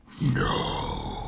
No